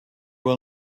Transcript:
will